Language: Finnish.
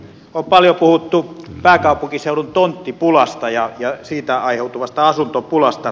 on paljon puhuttu pääkaupunkiseudun tonttipulasta ja siitä aiheutuvasta asuntopulasta